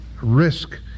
risk